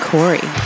Corey